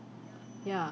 ya